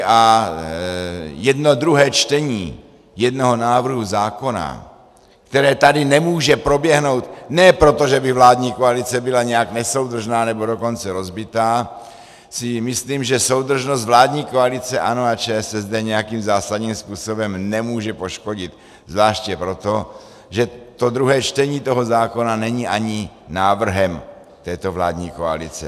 A jedno, druhé čtení jednoho návrhu zákona, které tady nemůže proběhnout ne proto, že by vládní koalice byla nějak nesoudržná, nebo dokonce rozbitá, myslím, že soudržnost vládní koalice ANO a ČSSD nějakým zásadním způsobem nemůže poškodit zvláště proto, že druhé čtení toho zákona není ani návrhem této vládní koalice.